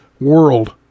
world